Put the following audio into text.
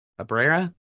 Abrera